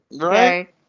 Right